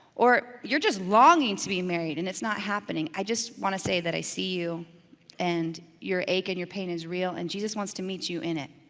or you're just longing to be married and it's not happening, i just wanna say that i see you and your ache and your pain is real and jesus wants to meet you in it.